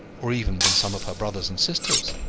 or even than some of her brothers and sisters.